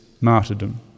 martyrdom